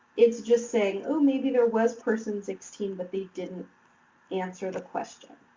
it's just saying, ooh, maybe there was person sixteen but they didn't answer the question.